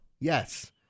Yes